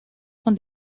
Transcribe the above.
con